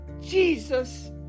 Jesus